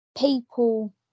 people